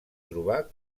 trobar